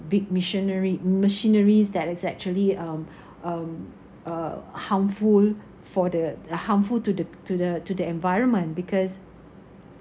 big missionary machinery that is actually um um uh harmful for the harmful to the to the to the environment because